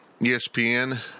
ESPN